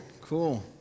cool